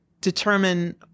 determine